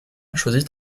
choisit